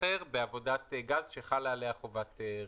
אחר בעבודת גז שחלה עליה חובת רישוי.